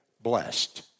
blessed